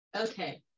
okay